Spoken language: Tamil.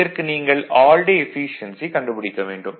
இதற்கு நீங்கள் ஆல் டே எஃபீசியென்சி கண்டுபிடிக்க வேண்டும்